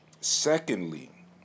Secondly